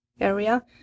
area